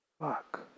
Fuck